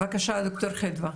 בבקשה דוקטור חדווה.